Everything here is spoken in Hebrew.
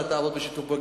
ואתה תעבוד בשיתוף פעולה.